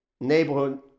neighborhood